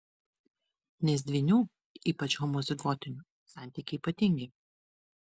nes dvynių ypač homozigotinių santykiai ypatingi